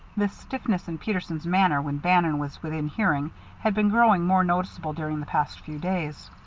this stiffness in peterson's manner when bannon was within hearing had been growing more noticeable during the past few days.